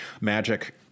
magic